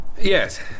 Yes